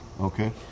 Okay